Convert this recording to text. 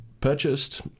purchased